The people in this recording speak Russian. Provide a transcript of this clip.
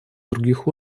других